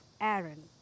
Aaron